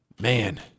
Man